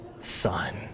son